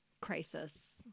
crisis